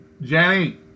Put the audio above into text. Jenny